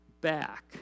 back